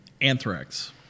Anthrax